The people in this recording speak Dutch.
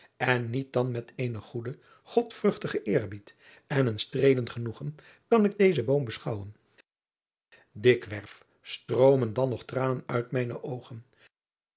en niet dan met eenen odvruchtigen eerbied en een streelend genoegen kan ik dezen boom beschouwen ikwerf stroomen dan nog tranen uit mijne oogen